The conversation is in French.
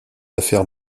affaire